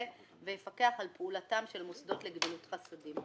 ויפקח על פעולתם של מוסדות לגמילות חסדים".